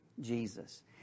jesus